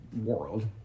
world